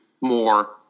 more